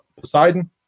Poseidon